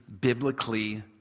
biblically